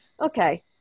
Okay